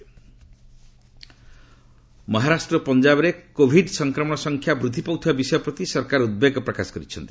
Covid Maharashtra Punjab Maharashtra ଓ ପଞ୍ଜାବରେ Covid ସଂକ୍ରମଣ ସଂଖ୍ୟା ବୃଦ୍ଧି ପାଉଥିବା ବିଷୟ ପ୍ରତି ସରକାର ଉଦ୍ବେଗ ପ୍ରକାଶ କରିଛନ୍ତି